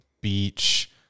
beach